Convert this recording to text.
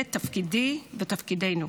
זה תפקידי ותפקידנו.